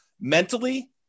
mentally